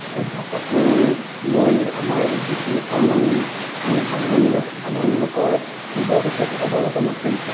ভাষাটোক লৈ আমাৰ যিখিনি কমন আমি সাধাৰণ লোক সেই সাধাৰণ লোকৰ বৰ বিশেষ অৱগত নাছিল